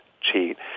cheat